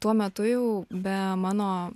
tuo metu jau be mano